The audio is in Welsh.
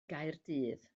gaerdydd